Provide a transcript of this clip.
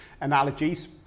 analogies